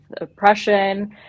oppression